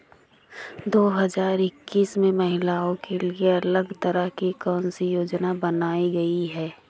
दो हजार इक्कीस में महिलाओं के लिए अलग तरह की कौन सी योजना बनाई गई है?